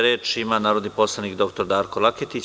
Reč ima narodni poslanik dr Darko Laketić.